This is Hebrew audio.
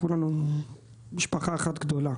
כולנו משפחה אחת גדולה.